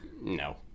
No